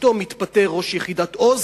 פתאום מתפטר ראש יחידת "עוז",